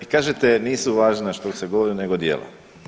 I kažete nisu važna što se govori, nego djela.